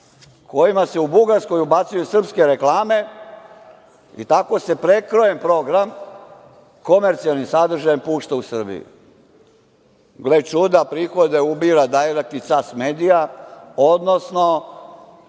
kojima se u Bugarskoj ubacuju srpske reklame i tako se prekrojen program komercijalnim sadržajem pušta u Srbiji. Gle čuda, prihode ubira „Dajrekt“ i „Cas“ medija, odnosno